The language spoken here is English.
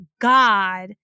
God